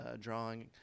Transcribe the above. drawing